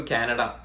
Canada